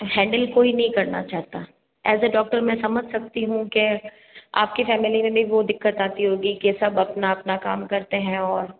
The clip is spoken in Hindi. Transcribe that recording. हैंडल कोई नहीं करना चाहता एज अ डॉक्टर मैं समझ सकती हूँ कि आपकी फैमिली में भी वो दिक्कत आती होगी कि सब अपना अपना काम करते हैं और